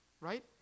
right